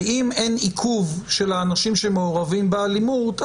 ואם אין עיכוב של האנשים שמעורבים באלימות,